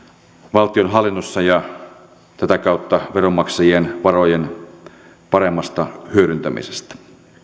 valtionhallinnossa ja tätä kautta veronmaksajien varojen paremmasta hyödyntämisestä